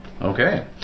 Okay